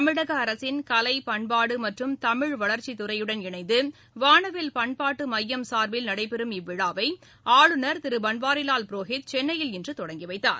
தமிழக அரசின் கலை பண்பாடு மற்றும் தமிழ் வளர்ச்சித் துறையுடன் இணைந்து வானவில் பண்பாட்டு மையம் சார்பில் நடைபெறும் இவ்விழாவை ஆளுநர் திரு பன்வாரிவால் புரோஹித் சென்னையில் இன்று தொடங்கி வைத்தார்